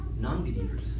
non-believers